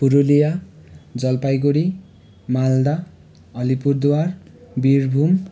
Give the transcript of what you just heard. Purulia Jalpaiguri Malda Alipurduar Birbhum